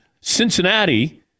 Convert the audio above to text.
Cincinnati